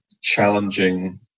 challenging